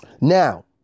now